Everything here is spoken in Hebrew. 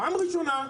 פעם ראשונה,